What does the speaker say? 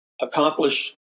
accomplish